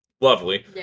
lovely